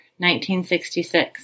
1966